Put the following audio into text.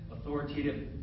authoritative